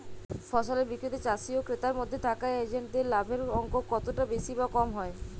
ফসলের বিক্রিতে চাষী ও ক্রেতার মধ্যে থাকা এজেন্টদের লাভের অঙ্ক কতটা বেশি বা কম হয়?